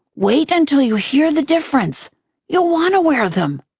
wait until you hear the difference you'll want to wear them.